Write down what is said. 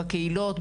בקהילות,